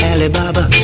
Alibaba